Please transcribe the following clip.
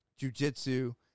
jujitsu